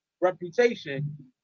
reputation